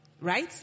Right